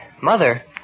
Mother